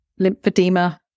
lymphedema